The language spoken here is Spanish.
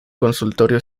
consultorio